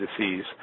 disease